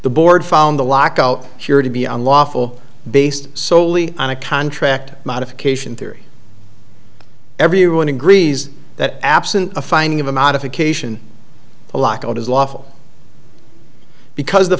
the board found the lockout cura to be unlawful based solely on a contract modification theory everyone agrees that absent a finding of a modification a lockout is lawful because the